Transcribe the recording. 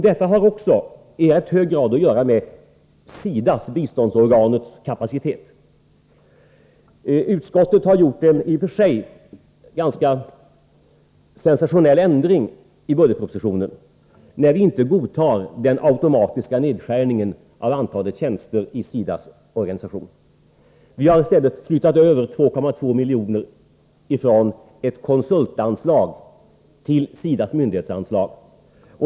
Detta har också i hög grad att göra med SIDA:s — biståndsorganets — kapacitet. Utskottet har gjort en i och för sig ganska sensationell ändring i budgetpropositionen, när vi inte godtagit den automatiska nedskärningen av antalet tjänster i SIDA:s organisation. Vi hari stället flyttat över 2,2 miljoner från ett konsultanslag till SIDA :s myndighetsanslag.